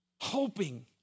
hoping